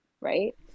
Right